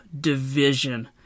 division